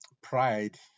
pride